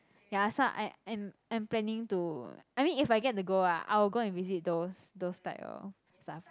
ya so I I'm I'm planning to I mean if I get to go ah I will go and visit those those type of stuff